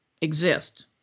exist